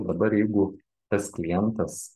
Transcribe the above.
dabar jeigu tas klientas